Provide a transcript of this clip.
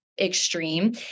extreme